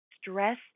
stress